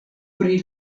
pri